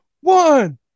one